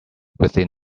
within